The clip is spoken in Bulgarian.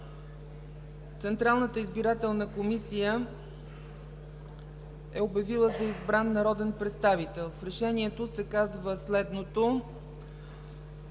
Централната избирателна комисия е обявила за избран народен представител. В Решението се казва следното: